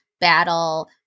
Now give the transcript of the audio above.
battle